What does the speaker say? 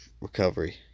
recovery